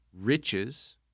riches